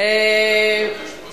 אין שביתות.